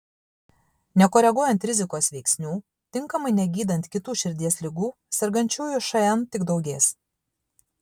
nekoreguojant rizikos veiksnių tinkamai negydant kitų širdies ligų sergančiųjų šn tik daugės